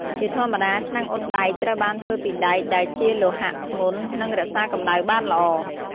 ជាធម្មតាឆ្នាំងអ៊ុតដែកត្រូវបានធ្វើពីដែកដែលជាលោហៈធ្ងន់ និងរក្សាកម្ដៅបានល្អ។